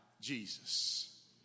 Jesus